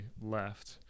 left